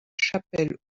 chapelle